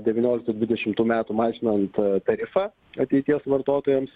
devynioliktų dvidešimtų metų mažinant tarifą ateities vartotojams